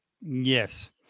Yes